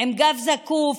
עם גב זקוף,